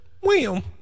William